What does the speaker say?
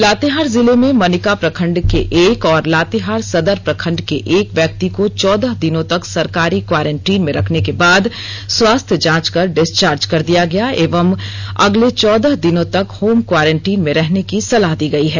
लातेहार जिले में मनिका प्रखंड के एक और लातेहार सदर प्रखंड के एक व्यक्ति को चौदह दिनों तक सरकारी क्वारेंटीन में रखने के बाद स्वास्थ्य जांच कर डिस्चार्ज कर दिया गया एवं और अगले चौदह दिनों तक होम क्वारेंटीन में रहने की सलाह दी गई है